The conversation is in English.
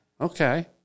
Okay